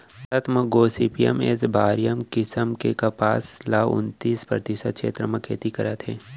भारत म gossypium arboreum किसम के कपसा ल उन्तीस परतिसत छेत्र म खेती करत हें